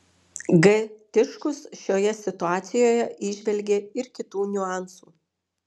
g tiškus šioje situacijoje įžvelgė ir kitų niuansų